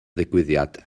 digwyddiad